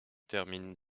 termine